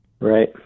Right